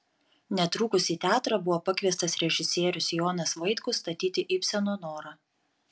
netrukus į teatrą buvo pakviestas režisierius jonas vaitkus statyti ibseno norą